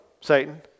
Satan